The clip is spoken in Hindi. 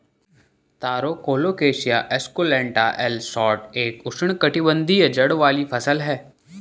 तारो कोलोकैसिया एस्कुलेंटा एल शोट एक उष्णकटिबंधीय जड़ वाली फसल है